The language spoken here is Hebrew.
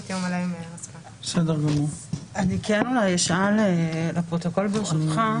אני כן אשאל לפרוטוקול, ברשותך.